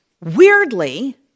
Weirdly